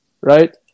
right